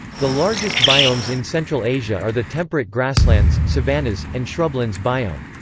the largest biomes in central asia are the temperate grasslands savannas, and shrublands biome.